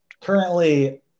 currently